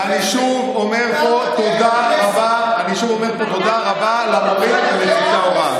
ואני שוב אומר פה תודה רבה למורים ולצוותי ההוראה.